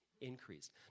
Increased